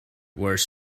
worse